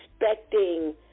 expecting